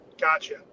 Gotcha